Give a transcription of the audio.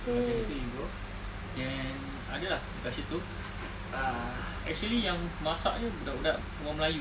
macam gitu you go then adalah dekat situ ah actually yang masaknya budak-budak perempuan melayu